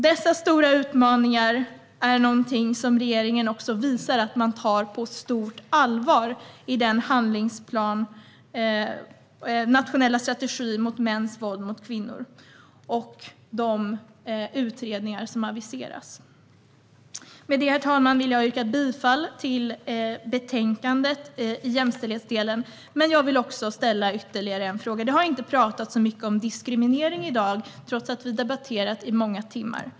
Dessa stora utmaningar tar regeringen på stort allvar i handlingsplanen - den nationella strategin mot mäns våld mot kvinnor - och i aviserade utredningar. Herr talman! Jag vill yrka bifall till förslaget i betänkandet i jämställdhetsdelen. Men jag vill också ställa ytterligare en fråga. Det har inte talats så mycket om diskriminering i dag, trots att vi har debatterat i många timmar.